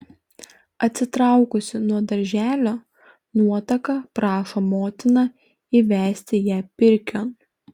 atsitraukusi nuo darželio nuotaka prašo motiną įvesti ją pirkion